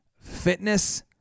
fitness